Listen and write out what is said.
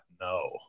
no